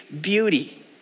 beauty